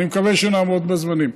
אני מקווה שנעמוד בזמנים.